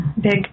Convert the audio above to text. Big